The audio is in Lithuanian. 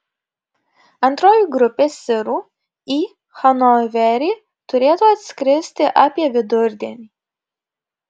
antroji grupė sirų į hanoverį turėtų atskristi apie vidurdienį